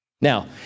Now